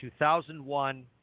2001